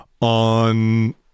on